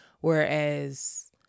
whereas